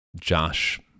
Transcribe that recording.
Josh